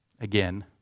Again